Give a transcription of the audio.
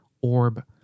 orb